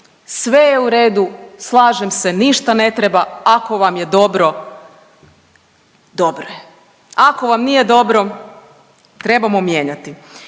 Sve je u redu, slažem se, ništa ne treba ako vam je dobro, dobro je, a ako vam nije dobro trebamo mijenjati.